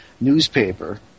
newspaper